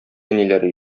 әниләре